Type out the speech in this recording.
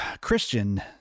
Christian